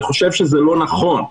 אני חושב שזה לא נכון.